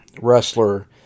wrestler